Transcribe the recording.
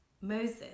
Moses